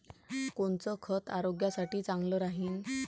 कोनचं खत आरोग्यासाठी चांगलं राहीन?